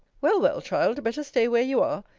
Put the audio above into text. well, well, child, better stay where you are,